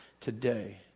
today